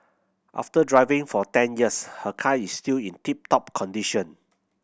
after driving for ten years her car is still in tip top condition